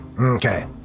Okay